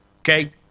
okay